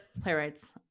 playwrights